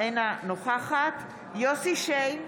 אינה נוכחת יוסי שיין,